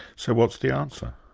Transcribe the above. so what's the answer?